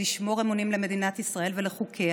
לשמור אמונים למדינת ישראל ולחוקיה,